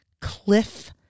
cliff